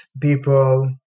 people